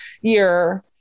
year